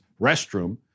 restroom